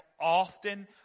often